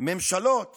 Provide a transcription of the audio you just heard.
ממשלות